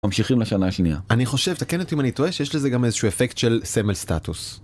ממשיכים לשנה השנייה. אני חושב, תקן אותי אם אני טועה, שיש לזה גם איזשהו אפקט של סמל סטטוס.